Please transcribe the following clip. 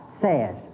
says